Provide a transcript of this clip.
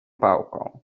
pałką